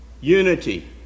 Unity